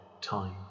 time